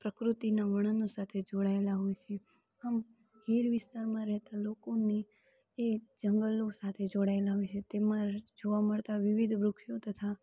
પ્રકૃતિના વર્ણનો સાથે જોડાયેલા હોય છે આમ ગીર વિસ્તારમાં રહેતા લોકોની એ જંગલો સાથે જોડાયેલા હોય છે તેમાં જોવા મળતાં વિવધ વૃક્ષો તથા